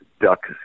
duck